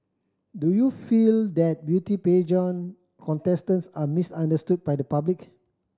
do you feel that beauty pageant contestants are misunderstood by the public